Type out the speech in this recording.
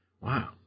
Wow